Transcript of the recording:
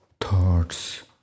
thoughts